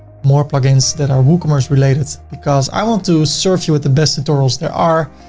more plugins that are woocommerce related, because i want to serve you with the best tutorials there are.